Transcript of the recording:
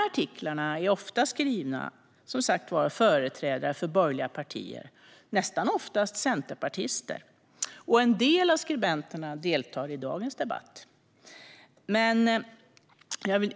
Artiklarna är ofta skrivna av företrädare för borgerliga partier, ofta centerpartister. En del av skribenterna deltar i dagens debatt.